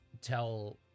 tell